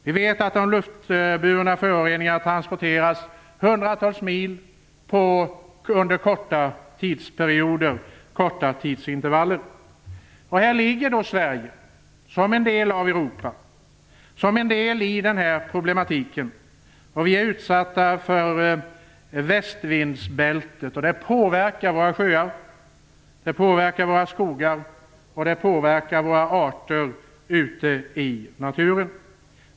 Vi vet att de luftburna föroreningarna transporteras hundratals mil under korta tidsperioder. Sverige utgör ju en del av Europa och har också del av problematiken. Vi är utsatta för västvindsbältet, och det påverkar våra sjöar och skogar och arterna ute i naturen.